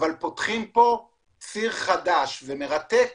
אבל פותחים פה ציר חדש ומרתק,